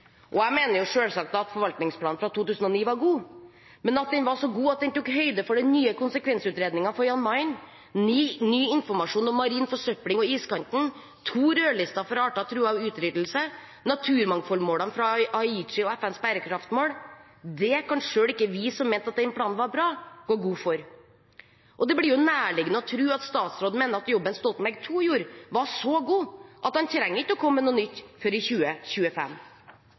Jeg mener selvsagt at forvaltningsplanen fra 2009 var god, men at den var så god at den tok høyde for den nye konsekvensutredningen for Jan Mayen, ny informasjon om marin forsøpling og iskanten, to rødlister for arter truet av utryddelse, naturmangfoldsmålene fra Aichi og FNs bærekraftsmål, det kan selv ikke vi som mente at den planen var bra, gå god for. Det blir nærliggende å tro at statsråden mener at jobben Stoltenberg II gjorde, var så god at han ikke trenger å komme med noe nytt før i 2025.